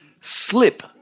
slip